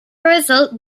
result